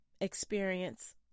experience